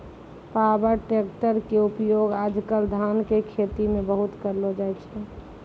power tractor के उपयोग आज कल धान के खेती मॅ बहुत करलो जाय छै